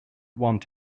want